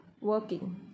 Working